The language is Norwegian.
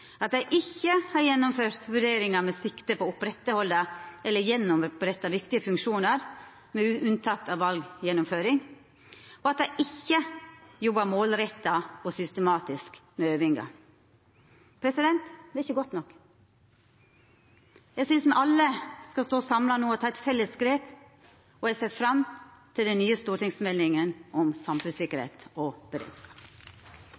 at dei ikkje har «gjennomført vurderinger med sikte på å opprettholde eller gjenopprette viktige funksjoner – med unntak for valggjennomføring», og at dei ikkje jobbar «målrettet og systematisk med øvelser». Det er ikkje godt nok. Eg synest me alle no skal stå samla og ta eit felles grep. Eg ser fram til den nye stortingsmeldinga om